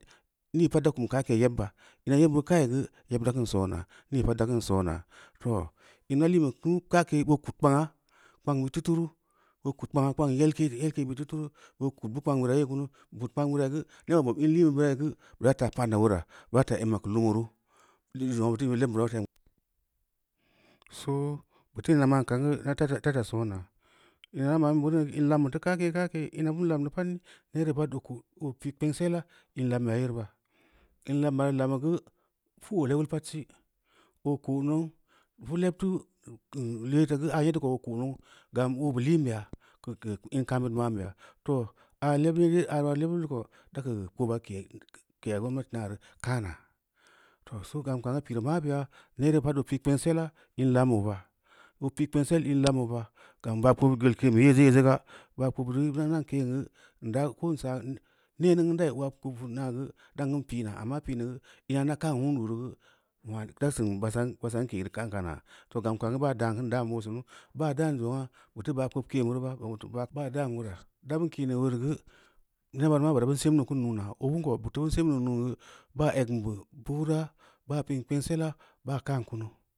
Nii pad da kum ka’ kee yebba ina yeb bu ka’i geu, yeb da kim soona mi pad da kim soona, too e ulal yileu geu ka’ke boo kud kpangna, kpang bid teu tupe boo kud kpangna, kpang yelke-yelke bid teu turu, boo kud bu kpang bira yee kuru bu kud kpang birangi geu, neba bu bob in liin beu birai geu bura taa pa’n na weura, bura taa amma keu lumuru, ligeu zongna buteu in lebm bura… soo buteu īna ma’n kam geu da ta soona īna teu ma’ bin beureu īn lambe bid teu ka’ke-ka’ke, ina bin lam deu pad ni neere pad oo ko’ oo pi’ kpengseda in lambeya yere ba, īn lam beya reu lamī geu, pu’ oo lebil pad sī oo ke, nou, pu’ leb teu leta geu aa nyed dau oo ko nou gam oo beu liin beya, keu in kam bid ma’n beya, too aa leb yee geu, abira lebilleu ko, da keu kpoba ke’a gomnati naareu kaana, soo gam kanga pireu na’abaya, neere pad oo pi kpengsela in lambu ba, boo pi’ kpengsil in lambu ba, gam ba’ kpob yeb geul ke’n beu yee zee yee zee ga, ba kpob bu iran keun ke’n geu, ndara, koon saa, nee mingn geu n daā oona geu, dan kin pī’na amma pī’n neu geu ina new kaan wundu reu geu da sin basa n ke’reu ka’n kama, to gam ka’n geu baa dam kin dambu oo sinu, baa dan zongn bu teu ba’ kpob ke’n bureu ba, baa dan weura, daa bin ke’n neu uleureu, neba reu ma buteu bin simnuu kīn nuunaa, obin ko buteu bin sinnuu nuun neu baa egn bu buura baa pi’n kpengsela baa kam kumu.